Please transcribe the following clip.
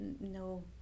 no